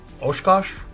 Oshkosh